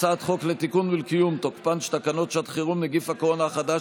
הצעת חוק לתיקון ולקיום תוקפן של תקנות שעת חירום (נגיף הקורונה החדש,